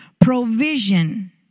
provision